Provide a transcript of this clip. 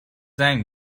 زنگ